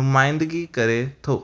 नुमाईंदगी करे थो